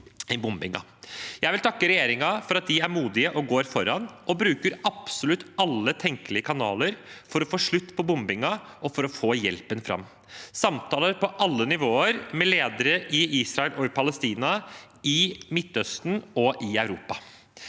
Jeg vil takke regjeringen for at de er modige og går foran, bruker absolutt alle tenkelige kanaler for å få slutt på bombingen og for å få hjelpen fram, og samtaler på alle nivåer, med ledere i Israel og Palestina, i Midtøsten og i Europa.